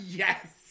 yes